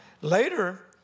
later